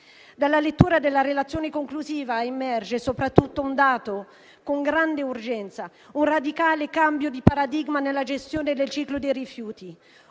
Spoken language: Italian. Dalla lettura della relazione conclusiva emerge soprattutto un dato con grande urgenza: un radicale cambio di paradigma nella gestione del ciclo dei rifiuti.